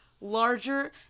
larger